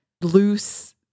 loose